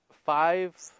Five